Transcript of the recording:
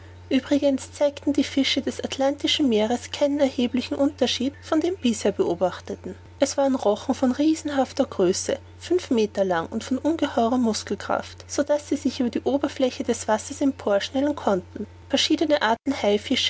uebrigens zeigten die fische des atlantischen meeres keinen erheblichen unterschied von den bisher beobachteten es waren rochen von riesenhafter größe fünf meter lang und von ungeheurer muskelkraft so daß sie sich über die oberfläche des wassers emporschnellen konnten verschiedene arten